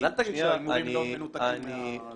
אז אל תגיד לי שההימורים מנותקים מזה.